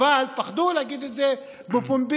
אבל פחדו להגיד את זה בפומבי,